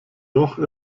doch